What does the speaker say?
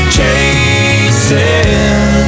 chasing